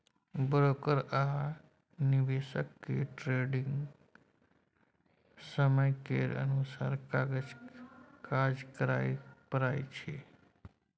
broker आ निवेशक केँ ट्रेडिग समय केर अनुसार काज करय परय छै